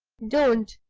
don't,